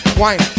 wine